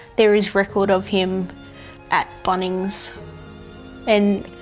there is record of him at bunnings and